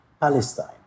Palestine